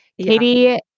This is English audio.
katie